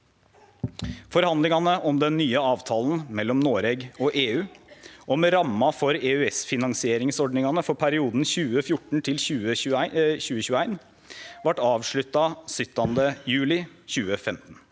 Forhandlingane om den nye avtalen mellom Noreg og EU om ramma for EØS-finansieringsordningane for perioden 2014–2021 vart avslutta 17. juli 2015.